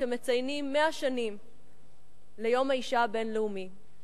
כשמציינים 100 שנים ליום האשה הבין-לאומי,